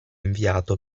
inviato